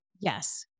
Yes